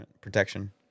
protection